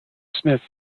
smith